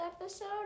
episode